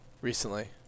recently